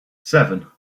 seven